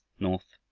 north,